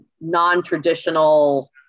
non-traditional